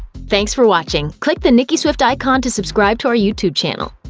thanks for watching! click the nicki swift icon to subscribe to our youtube channel.